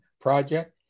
Project